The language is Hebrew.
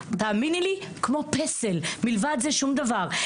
שם כמו פסל, מלבד זה שום דבר.